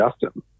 Justin